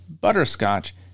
Butterscotch